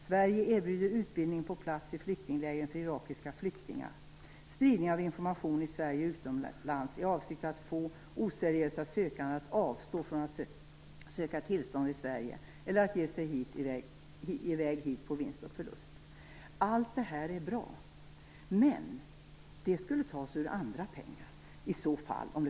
Sverige skall erbjuda utbildning på plats i flyktinglägren för irakiska flyktingar. Information skall spridas i Sverige och utomlands i avsikt att få oseriösa sökande att avstå från att söka tillstånd i Sverige eller att ge sig i väg hit på vinst och förlust. Allt detta är bra - men det skulle bekostas med andra pengar.